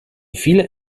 viele